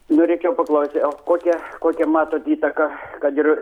norėčiau paklausti o kokią kokią matot įtaką kad ir